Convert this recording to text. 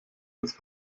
als